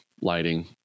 lighting